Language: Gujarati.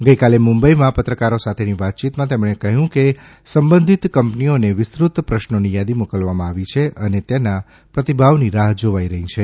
ગઈકાલે મુંબઈમાં પત્રકારો સાથેની વાતચીતમાં તેમણે કહ્યું કે સંબંધીત કંપનીને વિસ્તૃત પ્રશ્નોની યાદી મોકલવામાં આવી છે અને તેના પ્રતિભાવની રાહ જોવાય છે